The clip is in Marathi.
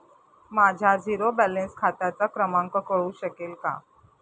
माझ्या झिरो बॅलन्स खात्याचा क्रमांक कळू शकेल का?